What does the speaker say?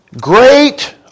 Great